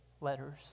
letters